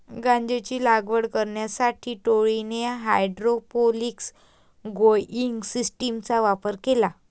गांजाची लागवड करण्यासाठी टोळीने हायड्रोपोनिक्स ग्रोइंग सिस्टीमचा वापर केला